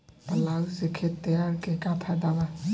Plough से खेत तैयारी के का फायदा बा?